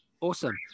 Awesome